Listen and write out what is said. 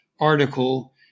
Article